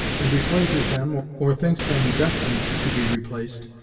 and replaces them, or thinks them destined to be replaced,